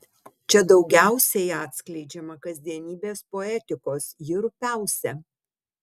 čia daugiausiai atskleidžiama kasdienybės poetikos ji rupiausia